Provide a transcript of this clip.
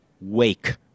wake